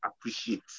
appreciate